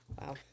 Wow